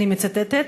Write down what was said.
אני מצטטת,